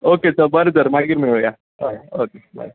okay चल बरें तर मागीर मेळूया हय ओके बाय